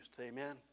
Amen